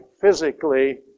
physically